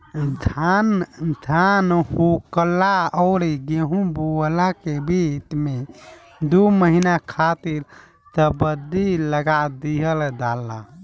धान होखला अउरी गेंहू बोअला के बीच में दू महिना खातिर सब्जी लगा दिहल जाला